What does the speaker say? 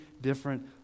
different